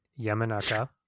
Yamanaka